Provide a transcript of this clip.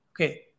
okay